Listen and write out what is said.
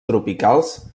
tropicals